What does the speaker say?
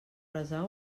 resar